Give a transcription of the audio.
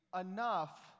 enough